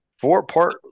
four-part